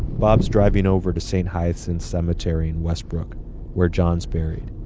bob's driving over to st. hyacinth's cemetery in westbrook where john's buried.